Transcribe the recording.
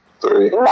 three